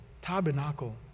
tabernacle